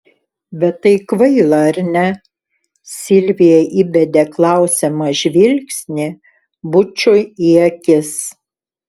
bet tai kvaila ar ne silvija įbedė klausiamą žvilgsnį bučui į akis